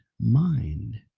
mind